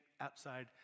outside